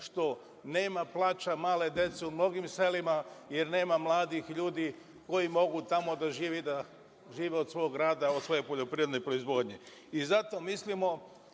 što nema plača male dece u mnogim selima, jer nema mladih ljudi koji mogu tamo da žive i da žive od svog rada, od svoje poljoprivredne proizvodnje. Zato mislimo,